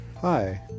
Hi